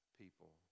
people